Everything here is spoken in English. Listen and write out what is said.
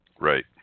Right